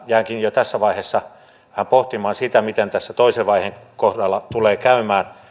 jäänkin jo tässä vaiheessa vähän pohtimaan sitä miten tässä toisen vaiheen kohdalla tulee käymään